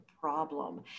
problem